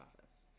office